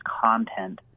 content